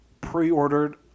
pre-ordered